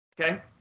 Okay